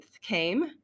came